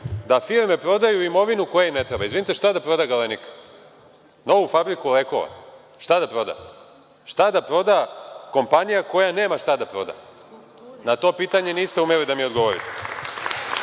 da firme prodaju imovinu koja im na treba. Izvinite, šta da prodaje „Galenika“? Novu fabriku lekova. Šta da proda? Šta da proda kompanija koja nema šta da proda? Na to pitanje niste umeli da mi odgovorite,